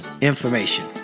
information